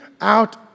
out